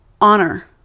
honor